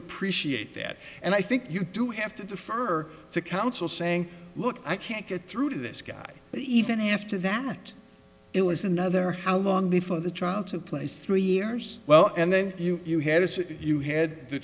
appreciate that and i think you do have to defer to counsel saying look i can't get through this guy but even after that it was another how long before the trial took place three years well and then you you had as you had the